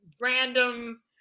random